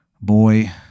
boy